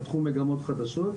פתחו מגמות חדשות.